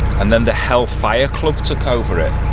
and then the hellfire club took over it.